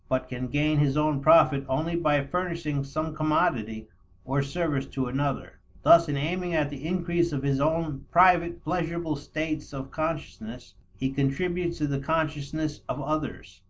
but can gain his own profit only by furnishing some commodity or service to another. thus in aiming at the increase of his own private pleasurable states of consciousness, he contributes to the consciousness of others.